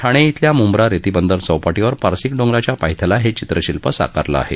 ठाणे इथल्या मुंब्रा रेतीबंदर चौपाटीवर पारसिक डोंगराच्या पायथ्याला हे चित्रशिल्प साकारलं आहे